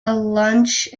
lunch